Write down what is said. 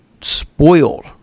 spoiled